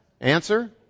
Answer